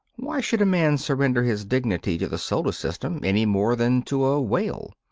why should a man surrender his dignity to the solar system any more than to a whale?